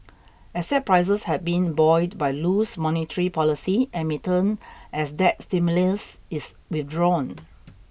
asset prices have been buoyed by loose monetary policy and may turn as that stimulus is withdrawn